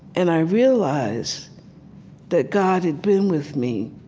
and i realized that god had been with me,